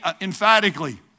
emphatically